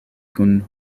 kun